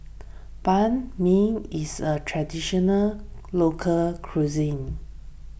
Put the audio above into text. Banh Mi is a Traditional Local Cuisine